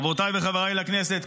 חברותיי וחבריי לכנסת,